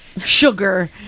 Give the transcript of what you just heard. sugar